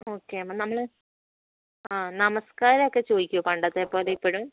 okay അപ്പോൾ നമ്മൾ ആ നമസ്ക്കാരമൊക്കെ ചോദിക്കുമോ പണ്ടത്തെപ്പോലെ ഇപ്പോഴും